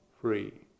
free